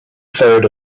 third